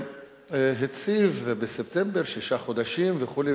שהציב בספטמבר שישה חודשים וכו',